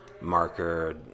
marker